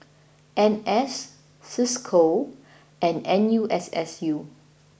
N S Cisco and N U S S U